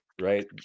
right